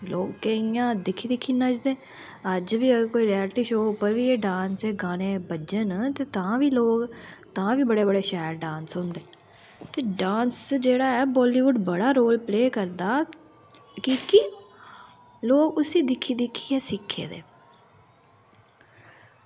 लोकें इंया दिक्खी दिक्खी नचदे ते अज्ज बी अगर कोई रियालटी शो च अगर एह् गाने बज्जन ते तां बी लोग तां बी बड़े शैल शैल डांस होंदे डांस जेह्ड़ा ऐ बॉलीवुड बड़ा रोल प्ले करदा क्योंकि लोग उसी दिक्खी दिक्खियै सिक्खै दे